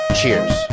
cheers